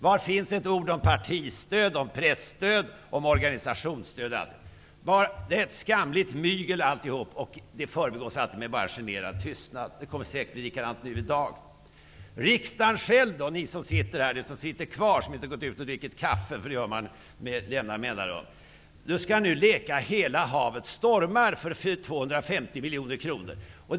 Var finns ett ord om partistöd, om presstöd, om organisationsstöd, osv.? Det är ett skamligt mygel alltihop, och det föregås alltid bara med generad tystnad. Det kommer säkert att bli likadant i dag. Riksdagen själv -- ni som sitter kvar här och som inte har gått ut för att dricka kaffe, vilket man gör med jämna mellanrum -- skall nu leka hela havet stormar för 250 miljoner kronor.